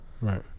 Right